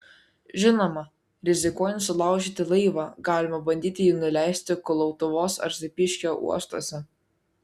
žinoma rizikuojant sulaužyti laivą galima bandyti jį nuleisti kulautuvos ar zapyškio uostuose